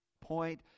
point